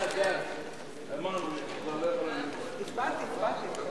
בא ואומר: אנחנו מסייעים ל-16,000 בתי-אב